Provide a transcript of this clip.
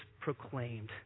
proclaimed